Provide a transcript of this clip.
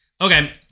Okay